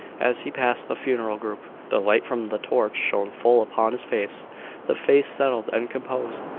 as he passed the funeral group. the light from the torch shone full upon his face the face settled and composed,